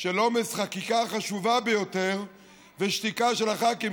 של עומס חקיקה חשובה ביותר ושתיקה של הח"כים,